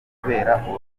kubera